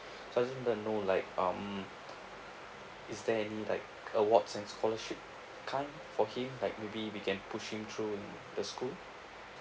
so I just wanted to know like um is there any like awards and scholarship kind for him like maybe we can push him through the school